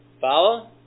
Follow